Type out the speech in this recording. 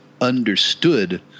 understood